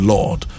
Lord